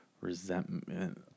resentment